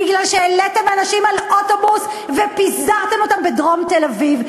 בגלל שהעליתם אנשים על אוטובוס ופיזרתם אותם בדרום תל-אביב,